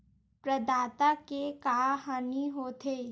प्रदाता के का हानि हो थे?